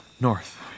North